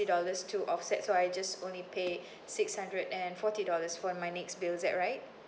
dollars to offset so I just only pay six hundred and forty dollars for my next bill is that right